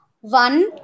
one